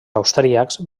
austríacs